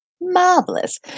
Marvelous